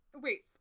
Wait